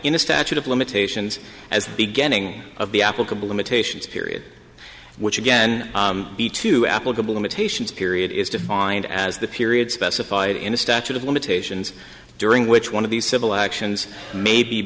in a statute of limitations as the beginning of the applicable imitations period which again be two applicable imitations period is defined as the period specified in a statute of limitations during which one of these civil actions may be